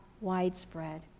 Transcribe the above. widespread